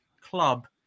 club